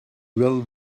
will